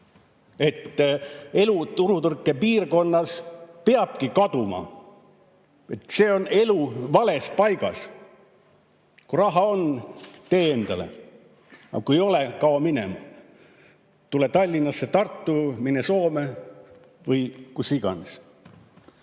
Elu turutõrkepiirkonnas peabki kaduma! See on elu vales paigas. Kui raha on, tee endale, aga kui ei ole, kao minema. Tule Tallinnasse, Tartusse, mine Soome või kuhu iganes! Mida